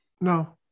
No